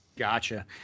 Gotcha